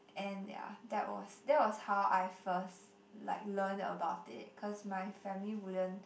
and yeah that was that was how I first like learn about it cause my family wouldn't